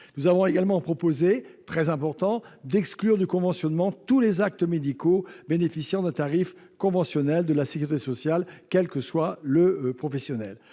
Nous avons également proposé- c'est très important -d'exclure du conventionnement tous les actes médicaux bénéficiant d'un tarif conventionnel de la sécurité sociale, quel que soit le professionnel.